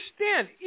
understand